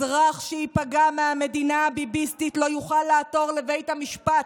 אזרח שייפגע מהמדינה הביביסטית לא יוכל לעתור לבית המשפט,